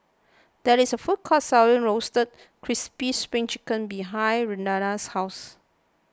there is a food court selling Roasted Crispy Spring Chicken behind Renada's house